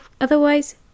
Otherwise